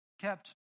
kept